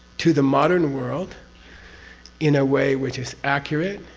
to the modern world in a way which is accurate,